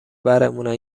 برمونن